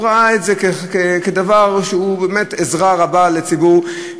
הוא ראה את זה כדבר שהוא באמת עזרה רבה לציבור,